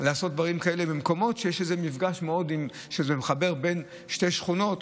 לעשות דברים כאלה במקומות שיש איזה מפגש שמחבר בין שתי שכונות,